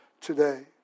today